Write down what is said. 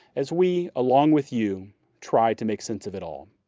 as we along with you try to make sense of it all.